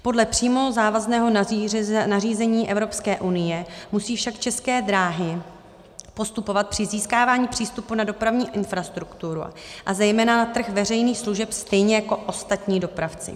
Podle přímo závazného nařízení Evropské unie musí však České dráhy postupovat při získávání přístupu na dopravní infrastrukturu a zejména na trh veřejných služeb stejně jako ostatní dopravci.